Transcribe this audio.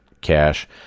cash